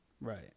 Right